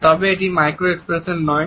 তবে এটি micro expression নয়